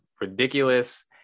ridiculous